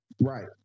Right